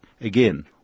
again